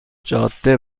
جاده